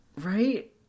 Right